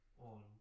on